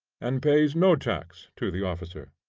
and pays no tax to the officer.